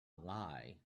lie